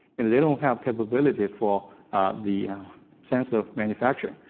and they don't have capability for the sensor manufacturing.